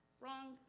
Wrong